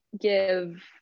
give